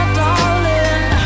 darling